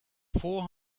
four